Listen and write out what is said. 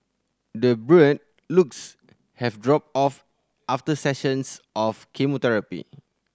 the looks have dropped off after sessions of chemotherapy